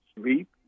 sleep